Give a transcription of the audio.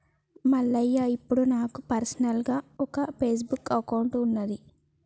మల్లయ్య ఇప్పుడు నాకు పర్సనల్గా ఒక ఫేస్బుక్ అకౌంట్ ఉన్నది